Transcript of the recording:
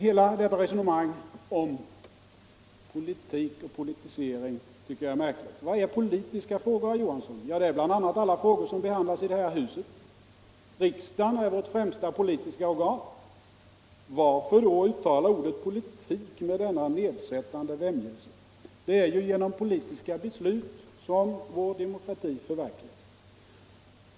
Hela detta resonemang om politik och politisering tycker jag alltså är märkligt. Vad är politiska frågor, herr Johansson? Det är bl.a. alla frågor som behandlas i det här huset. Riksdagen är vårt främsta politiska organ. Varför då uttala ordet politik med denna vämjelse? Det är ju genom politiska beslut som vår demokrati förverkligas.